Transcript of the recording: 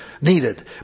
needed